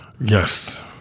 Yes